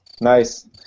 Nice